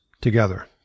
together